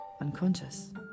unconscious